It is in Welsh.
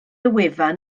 wefan